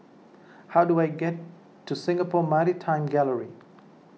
how do I get to Singapore Maritime Gallery